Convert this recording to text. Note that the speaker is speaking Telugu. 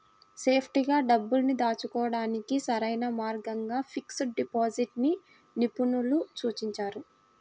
సేఫ్టీగా డబ్బుల్ని దాచుకోడానికి సరైన మార్గంగా ఫిక్స్డ్ డిపాజిట్ ని నిపుణులు సూచిస్తున్నారు